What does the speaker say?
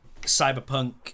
Cyberpunk